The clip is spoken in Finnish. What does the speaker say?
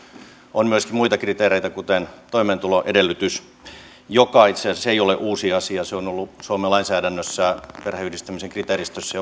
on myös muita kriteereitä kuten toimeentuloedellytys joka itse asiassa ei ole uusi asia se on ollut suomen lainsäädännössä perheenyhdistämisen kriteeristössä